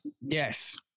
Yes